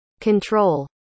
control